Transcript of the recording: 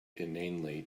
inanely